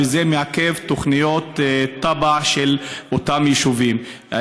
וזה מעכב תוכניות תב"ע של אותם יישובים.